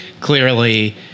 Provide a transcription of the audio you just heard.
clearly